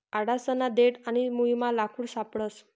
आडसना देठ आणि मुयमा लाकूड सापडस